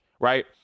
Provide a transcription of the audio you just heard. right